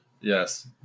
Yes